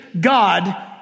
God